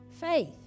Faith